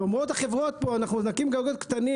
ואומרות החברות פה: אנחנו נקים גגות קטנים,